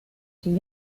die